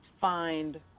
find